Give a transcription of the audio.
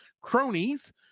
cronies